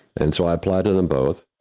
and so, i applied to them both,